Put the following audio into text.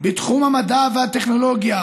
בתחום המדע והטכנולוגיה,